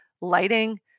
lighting